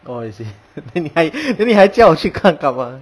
oh is it then 你还 then 你还叫我去看干嘛